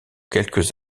quelques